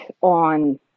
on